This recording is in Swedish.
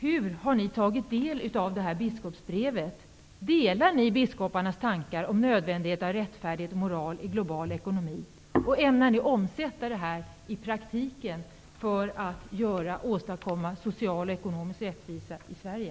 Hur har ni tagit del av biskopsbrevet? Delar ni biskoparnas tankar om nödvändigheten av rättfärdighet och moral i global ekonomi? Ämnar ni omsätta det i praktiken för att åstadkomma social och ekonomisk rättvisa i Sverige?